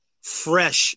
fresh